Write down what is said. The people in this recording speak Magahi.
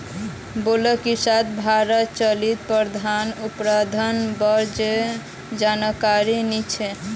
बिलकिसक भारतत जलिय पौधार उत्पादनेर बा र जानकारी नी छेक